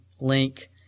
link